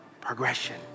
progression